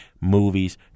movies